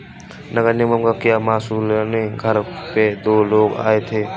नगर निगम का कर वसूलने घर पे दो लोग आए थे